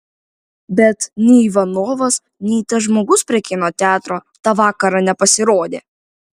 bet nei ivanovas nei tas žmogus prie kino teatro tą vakarą nepasirodė